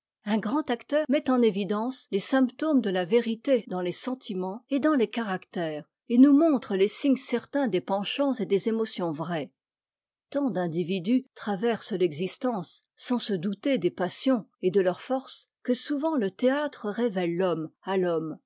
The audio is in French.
un grand acteur met en évidence les symptômes de la vérité dans les sentiments et dans les caractères et nous montre les signes certains des penchants et des émotions vraies tant d'individus traversent l'existence sans se douter des passions et de leur force que souvent le théâtre révèle l'homme à l'homme